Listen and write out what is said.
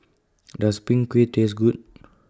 Does Png Kueh Taste Good